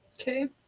okay